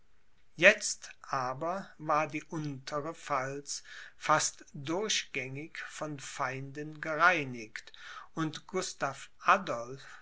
jetzt aber war die untere pfalz fast durchgängig von feinden gereinigt und gustav adolph